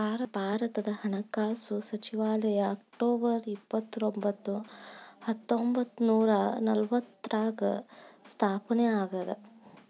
ಭಾರತದ ಹಣಕಾಸು ಸಚಿವಾಲಯ ಅಕ್ಟೊಬರ್ ಇಪ್ಪತ್ತರೊಂಬತ್ತು ಹತ್ತೊಂಬತ್ತ ನೂರ ನಲವತ್ತಾರ್ರಾಗ ಸ್ಥಾಪನೆ ಆಗ್ಯಾದ